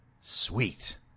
Sweet